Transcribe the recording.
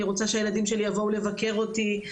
אני רוצה שהילדים שלי יבואו לבקר אותי,